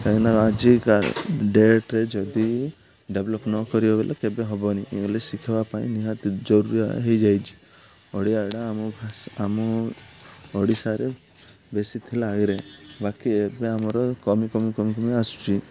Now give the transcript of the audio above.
କାହିଁକିନା ଆଜିକା ଡେଟ୍ରେ ଯଦି ଡେଭ୍ଲପ୍ ନକରିିବ ବଲେ କେବେ ହେବନି ଶିଖିବା ପାଇଁ ନିହାତି ଜରୁରୀ ହେଇଯାଇଛି ଓଡ଼ିଆ ପଢ଼ା ଆମ ଭାଷା ଆମ ଓଡ଼ିଶାରେ ବେଶୀ ଥିଲା ଆଗରେ ବାକି ଏବେ ଆମର କମି କମି କମି କମି ଆସୁଛି